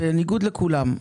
בניגוד לכולם.